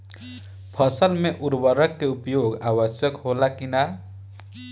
फसल में उर्वरक के उपयोग आवश्यक होला कि न?